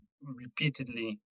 repeatedly